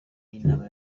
y’inama